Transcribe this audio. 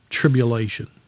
tribulation